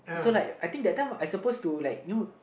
so like that time I think I suppose to like you know